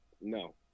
No